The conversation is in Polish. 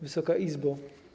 Wysoka Izbo!